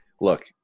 look –